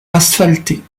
asphaltée